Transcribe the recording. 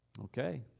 Okay